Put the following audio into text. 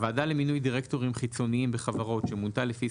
הוועדה למינוי דירקטורים חיצוניים בחברות שמונתה לפי